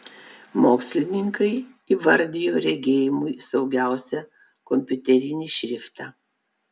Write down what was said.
mokslininkai įvardijo regėjimui saugiausią kompiuterinį šriftą